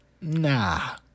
Nah